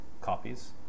copies